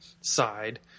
side